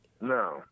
no